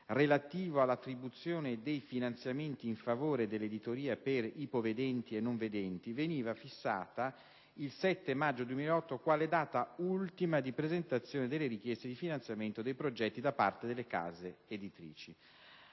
relativo all'attribuzione dei finanziamenti in favore dell'editoria per ipovedenti e non vedenti, veniva fissato il 7 maggio 2008 quale data ultima di presentazione delle richieste di finanziamento dei progetti da parte delle case editrici.